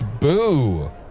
Boo